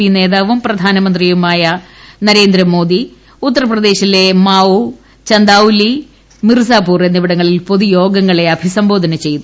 P നേതാവും പ്രധാനമന്ത്രിയുമായ നരേന്ദ്രമോദി ഉത്തർപ്രദേശിലെ മാഉ ചന്ദൌലി മിർസാപുർ എന്നിവിടങ്ങളിൽ പൊതുയോഗങ്ങളെ അഭിസംബോധന ചെയ്തു